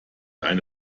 eine